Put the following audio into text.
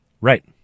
Right